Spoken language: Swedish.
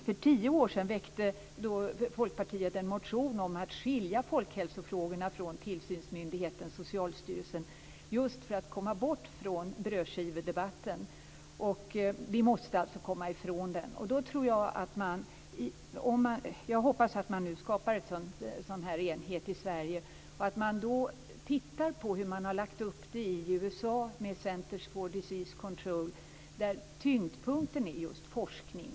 För tio år sedan väckte Folkpartiet en motion om att skilja folkhälsofrågorna från tillsynsmyndigheten Socialstyrelsen just för att komma bort från brödskivedebatten. Vi måste alltså komma ifrån den. Jag hoppas att man nu skapar en sådan här enhet i Sverige och att man då tittar på hur man har lagt upp det i USA med Centers for Disease Control där tyngdpunkten är just forskning.